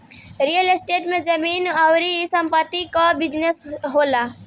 real estate में जमीन अउरी संपत्ति कअ बिजनेस होला